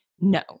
no